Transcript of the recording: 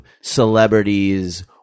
celebrities